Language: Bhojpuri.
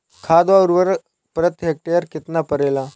खाद व उर्वरक प्रति हेक्टेयर केतना परेला?